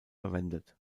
verwendet